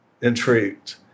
intrigued